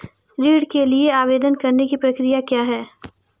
ऋण के लिए आवेदन करने की प्रक्रिया क्या है?